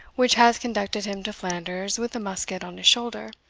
which has conducted him to flanders with a musket on his shoulder,